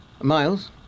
Miles